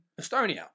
Estonia